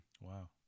wow